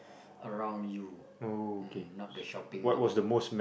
around you um not the shopping not